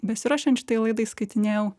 besiruošiant šitai laidai skaitinėjau